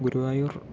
Guruvayur